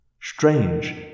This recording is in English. Strange